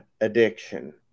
addiction